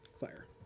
Fire